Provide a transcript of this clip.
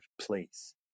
place